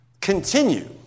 Continue